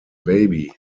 baby